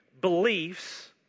beliefs